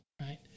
right